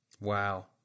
Wow